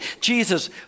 Jesus